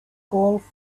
golf